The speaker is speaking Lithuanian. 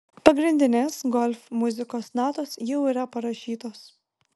pagrindinės golf muzikos natos jau yra parašytos